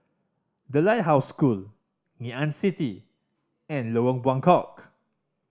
The Lighthouse School Ngee Ann City and Lorong Buangkok